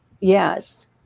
Yes